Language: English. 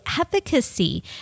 efficacy